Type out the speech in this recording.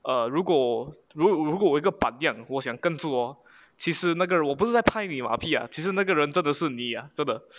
err 如果如如果我有一个版样我想跟着 hor 其实那个人我不是在拍你麻痹啊其实那个人真的是你啊真的